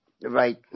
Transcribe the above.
right